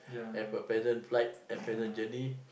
have a pleasant flight have pleasant journey